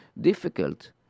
difficult